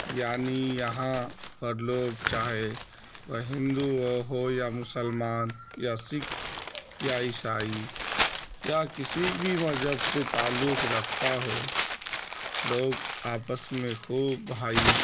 یعنی یہاں پر لوگ چاہے وہ ہندو ہوں یا مسلمان یا سکھ یا عیسائی یا کسی بھی مذہب سے تعلق رکھتا ہو لوگ آپس میں خوب بھائی